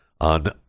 on